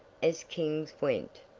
as kings went.